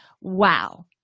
Wow